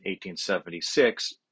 1876